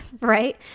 right